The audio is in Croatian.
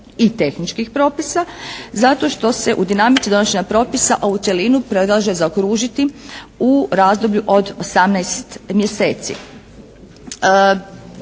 i tehničkih propisa zato što se u dinamici donošenja propisa ovu cjelinu predlaže zaokružiti u razdoblju od 18 mjeseci.